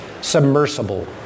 submersible